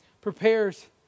prepares